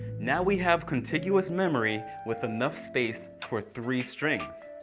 now we have contiguous memory with enough space for three strings.